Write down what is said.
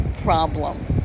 problem